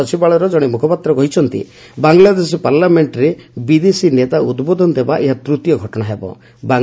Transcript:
parliament ସଚିବାଳୟର କଣେ ମୁଖପାତ୍ର କହିଛନ୍ତି ବାଂଲାଦେଶ ପାର୍ଲ୍ୟାମେଣ୍ଟରେ ବିଦେଶୀ ନେତା ଉଦ୍ବୋଧନ ଦେବା ଏହା ତୃତୀୟ ଘଟଣା ହେବ